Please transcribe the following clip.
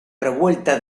revuelta